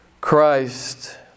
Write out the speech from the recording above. Christ